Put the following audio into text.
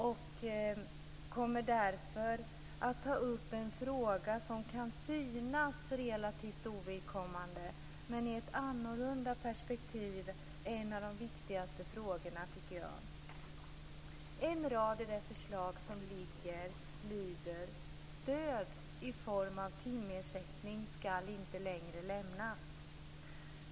Jag kommer att ta upp en fråga som kan synas relativt ovidkommande men som jag i ett annat perspektiv anser vara en av de viktigaste frågorna. En rad i det förslag som ligger lyder: "Stöd i form av timersättning skall inte längre lämnas".